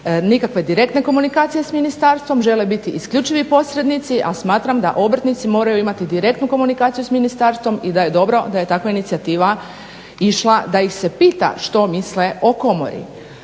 nikakve direktne komunikacije s ministarstvom, žele biti isključivi posrednici, a smatram da obrtnici moraju imati direktnu komunikaciju s ministarstvom i da je dobro da je takva inicijativa išla da ih se pita što misle o komori.